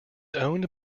owned